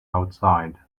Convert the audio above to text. outside